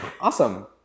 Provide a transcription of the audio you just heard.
Awesome